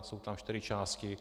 Jsou tam čtyři části.